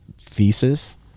thesis